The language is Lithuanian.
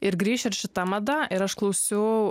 ir grįš ir šita mada ir aš klausiau